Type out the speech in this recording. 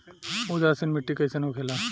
उदासीन मिट्टी कईसन होखेला?